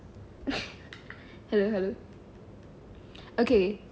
hello hello okay